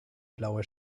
blaue